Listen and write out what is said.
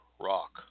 rock